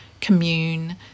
commune